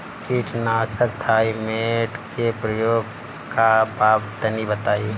कीटनाशक थाइमेट के प्रयोग का बा तनि बताई?